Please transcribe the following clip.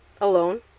alone